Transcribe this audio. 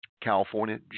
California